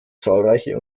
zahlreiche